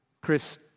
Chris